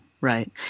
right